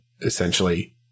essentially